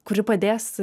kuri padės